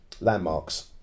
landmarks